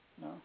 No